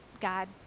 God